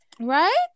right